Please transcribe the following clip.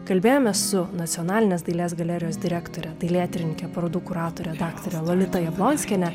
kalbėjomės su nacionalinės dailės galerijos direktore dailėtyrininke parodų kuratore daktare lolita jablonskiene